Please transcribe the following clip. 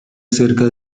cerca